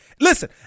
listen